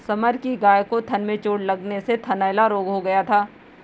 summer की गाय को थन में चोट लगने से थनैला रोग हो गया था